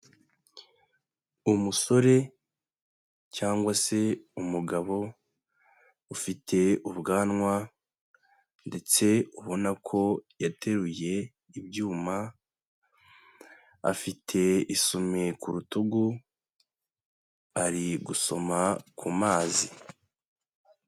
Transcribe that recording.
Umusore cyangwa se umugabo, ufite ubwanwa ndetse ubona ko yateruye ibyuma, afite isume ku rutugu, ari gusoma ku mazi.